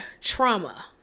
trauma